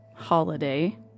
holiday